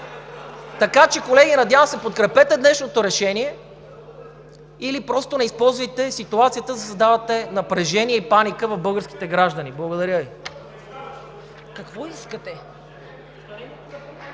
Така че, колеги, подкрепете днешното решение или просто не използвайте ситуацията, за да създавате напрежение и паника в българските граждани. Благодаря Ви. ПРЕДСЕДАТЕЛ